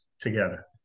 together